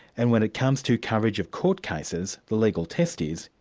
and when it comes to coverage of court cases, the legal test is,